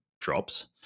drops